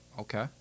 Okay